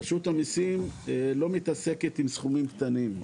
רשות המיסים לא מתעסקת עם סכומים קטנים.